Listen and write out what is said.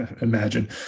Imagine